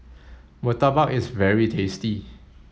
Murtabak is very tasty